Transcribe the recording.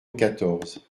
quatorze